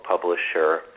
publisher